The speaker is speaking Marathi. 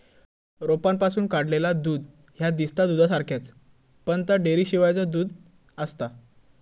रोपांपासून काढलेला दूध ह्या दिसता दुधासारख्याच, पण ता डेअरीशिवायचा दूध आसता